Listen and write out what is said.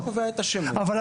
מי שקובע את השמות --- אבל,